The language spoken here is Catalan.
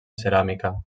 ceràmica